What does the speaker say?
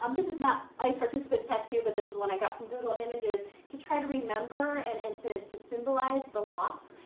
um this is not my participant's tattoo, but this is one i got from google images to try to remember and and to to symbolize the loss.